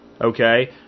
okay